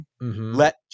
let